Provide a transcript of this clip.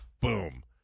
boom